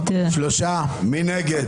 מי נגד?